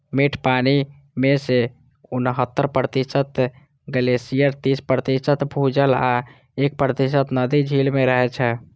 मीठ पानि मे सं उन्हतर प्रतिशत ग्लेशियर, तीस प्रतिशत भूजल आ एक प्रतिशत नदी, झील मे रहै छै